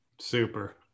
super